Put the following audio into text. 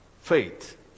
faith